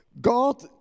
God